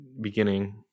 beginning